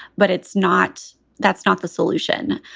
but it's not that's not the solution.